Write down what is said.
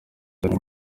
cyane